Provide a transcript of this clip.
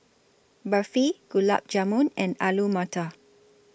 Barfi Gulab Jamun and Alu Matar